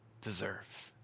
deserve